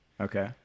okay